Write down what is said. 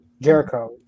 Jericho